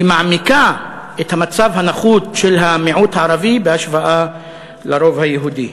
שמעמיקה את המצב הנחות של המיעוט הערבי בהשוואה לרוב היהודי.